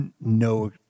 no